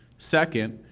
second,